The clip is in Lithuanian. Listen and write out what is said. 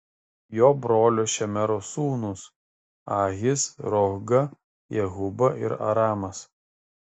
jo brolio šemero sūnūs ahis rohga jehuba ir aramas